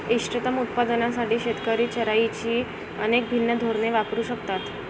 इष्टतम उत्पादनासाठी शेतकरी चराईची अनेक भिन्न धोरणे वापरू शकतात